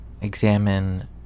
examine